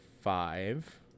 five